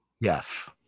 Yes